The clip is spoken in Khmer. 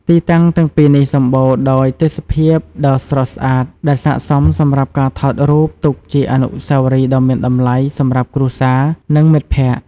ទីតាំងទាំងពីរនេះសម្បូរដោយទេសភាពដ៏ស្រស់ស្អាតដែលស័ក្តិសមសម្រាប់ការថតរូបទុកជាអនុស្សាវរីយ៍ដ៏មានតម្លៃសម្រាប់គ្រួសារនិងមិត្តភក្តិ។